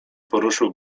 poruszył